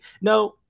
No